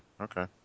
Okay